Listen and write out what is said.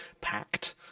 packed